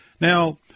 Now